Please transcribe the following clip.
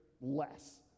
less